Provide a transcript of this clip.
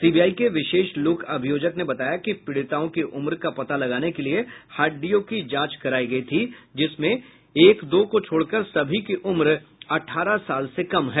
CBI के विशेष लोक अभियोजक ने बताया कि पीड़िताओं की उम्र का पता लगाने के लिए हड्डियों की जांच करायी गयी थी जिसमें एक दो को छोड़कर सभी की उम्र अठारह साल से कम है